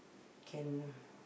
can